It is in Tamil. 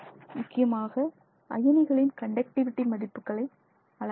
முக்கியமாக அயனிகளின் கண்டக்டிவிடி மதிப்புகளை அளக்கலாம்